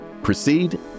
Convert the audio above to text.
proceed